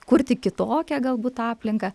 kurti kitokią galbūt aplinką